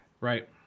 Right